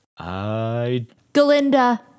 Galinda